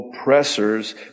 oppressors